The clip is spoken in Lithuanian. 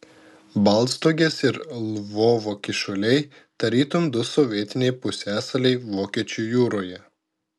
baltstogės ir lvovo kyšuliai tarytum du sovietiniai pusiasaliai vokiečių jūroje